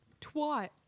twat